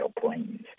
planes